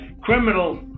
criminal